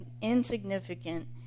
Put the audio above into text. insignificant